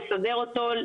לסדר אותו,